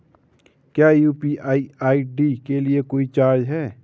क्या UPI ID के लिए कोई चार्ज है?